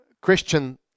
Christian